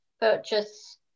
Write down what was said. purchase